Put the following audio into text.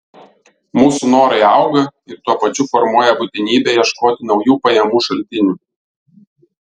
mūsų norai auga ir tuo pačiu formuoja būtinybę ieškoti naujų pajamų šaltinių